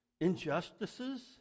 injustices